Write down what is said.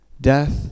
Death